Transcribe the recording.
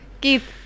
Keith